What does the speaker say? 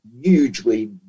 hugely